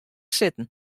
sitten